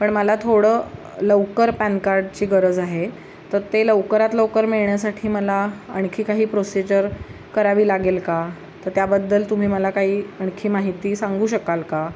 पण मला थोडं लवकर पॅन कार्डची गरज आहे तर ते लवकरात लवकर मिळण्यासाठी मला आणखी काही प्रोसिजर करावी लागेल का तर त्याबद्दल तुम्ही मला काही आणखी माहिती सांगू शकाल का